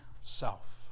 self